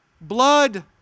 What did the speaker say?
Blood